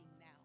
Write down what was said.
now